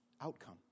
Outcome